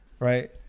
Right